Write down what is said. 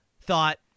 thought